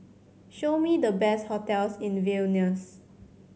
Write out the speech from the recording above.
show me the best hotels in Vilnius